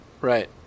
Right